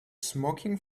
smoking